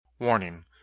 Warning